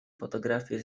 fotografię